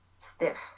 stiff